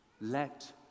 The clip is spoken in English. let